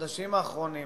בחודשים האחרונים,